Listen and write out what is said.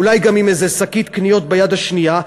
אולי גם עם איזה שקית קניות ביד השנייה,